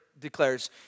declares